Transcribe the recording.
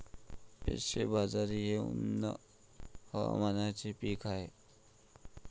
proso बाजरी हे उष्ण हवामानाचे पीक आहे